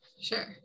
Sure